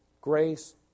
Grace